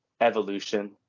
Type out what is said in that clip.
evolution